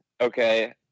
Okay